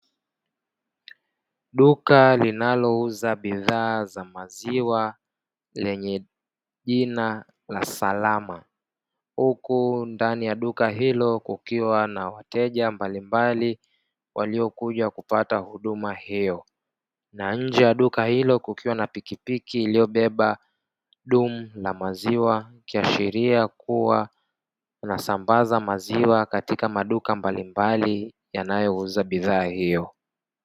Duka linalouza bidhaa za maziwa lenye jina la "Salama" huku ndani ya duka hilo likiwa na wateja mbalimbali waliokuja kupata huduma hiyo, na nje ya duka hilo kukiwa na pikipiki iliyobeba dumu na maziwa ikiashiria kuwa inasambaza maziwa katika maduka mbalimbali yanayouza bidhaa hiyo.